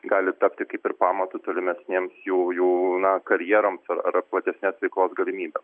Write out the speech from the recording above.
gali tapti kaip ir pamatu tolimesnėms jų jų na karjeroms ar platesnės veiklos galimybe